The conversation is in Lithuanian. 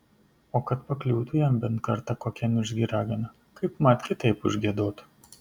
o kad pakliūtų jam bent kartą kokia niurzgi ragana kaipmat kitaip užgiedotų